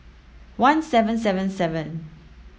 one seven seven seven